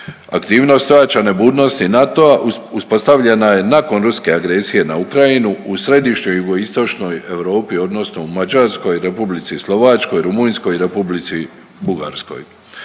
Aktivnost ojačane aktivnosti NATO-a uspostavljena je nakon ruske agresije na Ukrajinu u Središnjoj i Jugoistočnoj Europi odnosno u Mađarskoj, Republici Slovačkoj, Rumunjskoj i Republici Bugarskoj.